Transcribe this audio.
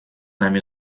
нами